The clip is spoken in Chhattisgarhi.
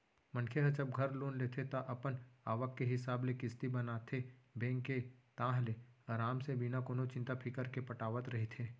मनखे ह जब घर लोन लेथे ता अपन आवक के हिसाब ले किस्ती बनाथे बेंक के ताहले अराम ले बिना कोनो चिंता फिकर के पटावत रहिथे